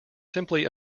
simply